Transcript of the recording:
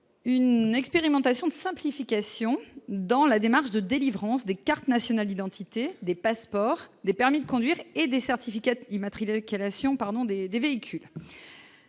Une expérimentation de simplification dans la démarche de délivrance des cartes nationales, identité des passeports et des permis de conduire et des certificats immatriculer qui